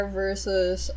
versus